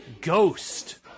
ghost